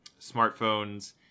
smartphones